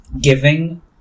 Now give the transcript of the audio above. giving